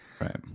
Right